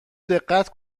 دقت